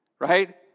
right